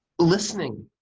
listening,